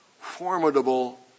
formidable